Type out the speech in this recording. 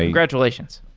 congratulations.